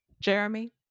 jeremy